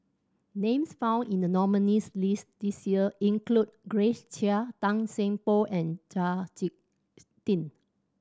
names found in the nominees' list this year include Grace Chia Tan Seng Poh and Chau Sik Ting